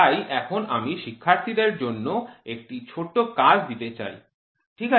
তাই এখন আমি শিক্ষার্থীদের জন্য একটি ছোট কাজ দিতে চাই ঠিক আছে